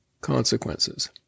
consequences